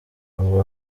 ubu